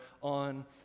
on